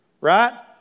Right